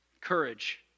courage